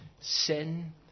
Sin